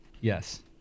Yes